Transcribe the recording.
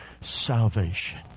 salvation